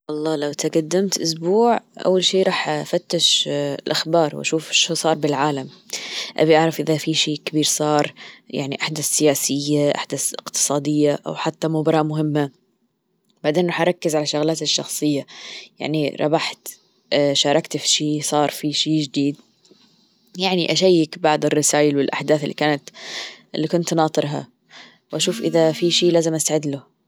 والله لو تقدمت أسبوع أول شي راح أفتش الأخبار وأشوف شو صار بالعالم أبي أعرف إذا في شي كبير صار يعني أحداث سياسية، أحداث إقتصادية أو حتى مباراة مهمة، بعدين رح أركز على شغلاتي الشخصية يعني ربحت شاركت في شي صار في شي جديد يعني أشيك بعض الرسايل والأحداث اللي كانت اللي كنت ناطرها وأشوف إذا في شي لازم استعد له.